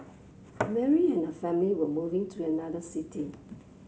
Mary and family were moving to another city